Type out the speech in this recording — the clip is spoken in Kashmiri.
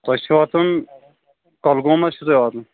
تۄہہِ چھُو واتُن کۅلگوٗم حظ چھُو تۄہہِ واتُن